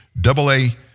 double-A